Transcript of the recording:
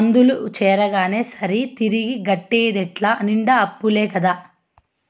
అందుల చేరగానే సరా, తిరిగి గట్టేటెట్ట నిండా అప్పులే కదా